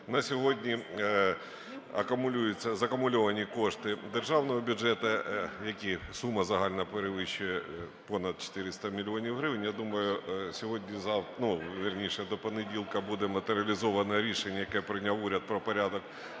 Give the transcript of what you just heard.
На сьогодні акумулюються… закумульовані кошти державного бюджету, яких сума загальна перевищує понад 400 мільйонів гривень. Я думаю, сьогодні, ну, вірніше до понеділка буде матеріалізоване рішення, яке прийняв уряд, про порядок